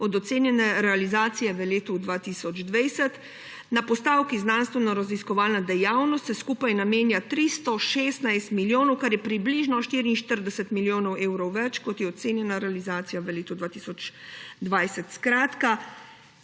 od ocenjene realizacije v letu 2020. Na postavki znanstvenoraziskovalna dejavnost se skupaj namenja 316 milijonov, kar je približno 44 milijonov evrov več, kot je ocenjena realizacija v letu 2020. Skratka,